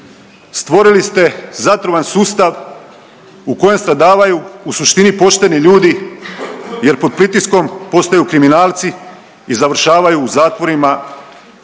Stvorili ste zatrovan sustav u kojem stradavaju u suštini pošteni ljudi jer pod pritiskom postaju kriminalci i završavaju u zatvorima